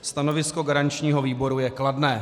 Stanovisko garančního výboru je kladné.